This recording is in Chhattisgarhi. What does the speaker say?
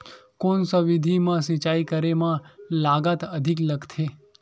कोन सा विधि म सिंचाई करे म लागत अधिक लगथे?